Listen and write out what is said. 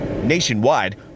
Nationwide